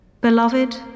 Beloved